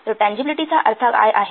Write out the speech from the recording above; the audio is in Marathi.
तर टँजिबिलिटीचा अर्थ काय आहे